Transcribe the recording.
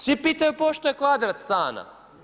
Svi pitaju pošto je kvadrat stana.